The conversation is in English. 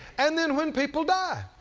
and then when people die,